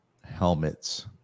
helmets